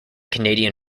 canadian